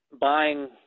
buying